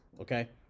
okay